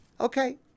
Okay